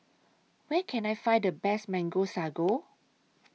Where Can I Find The Best Mango Sago